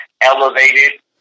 elevated